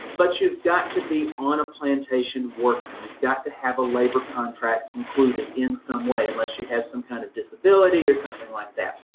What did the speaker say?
but you've got to be on a plantation working. you've got to have a labor contract concluded in some way, unless you have some kind of disability or something like that.